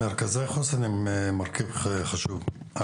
מרכזי חוסן הם מרכיב חשוב מאוד.